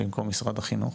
במקום משרד החינוך?